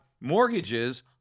mortgages